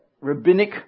rabbinic